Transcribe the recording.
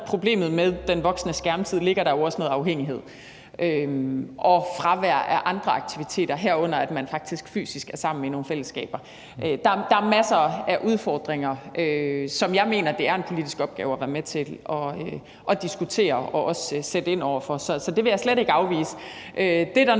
problemet med den voksende skærmtid ligger der jo også noget med afhængighed og fravær af andre aktiviteter, herunder at man faktisk fysisk er sammen i nogle fællesskaber. Der er masser af udfordringer, som jeg mener det er en politisk opgave at diskutere og også sætte ind over for, så det vil jeg slet ikke afvise. Det, der